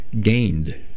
gained